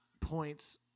points